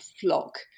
flock